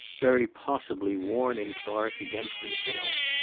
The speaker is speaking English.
very possibly warning clark against himself.